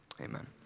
amen